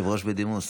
יושב-ראש בדימוס.